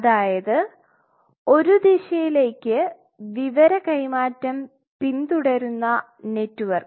അതായത് ഒരു ദിശയിലേക്ക് വിവര കൈമാറ്റം പിന്തുടരുന്ന നെറ്റ്വർക്ക്